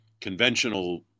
conventional